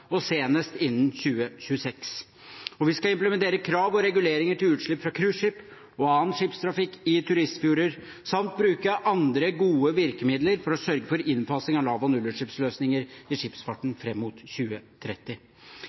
og senest innen 2026. Vi skal implementere krav og reguleringer til utslipp fra cruiseskip og annen skipstrafikk i turistfjorder samt bruke andre gode virkemidler for å sørge for innfasing av lav- og nullutslippsløsninger i skipsfarten fram mot 2030.